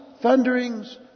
thunderings